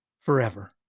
forever